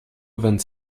vingt